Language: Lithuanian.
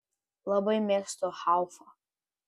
labai mėgstu haufą